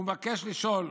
והוא מבקש לשאול,